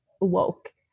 woke